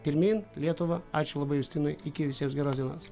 pirmyn lietuva ačiū labai justinai iki visiems geros dienos